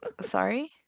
Sorry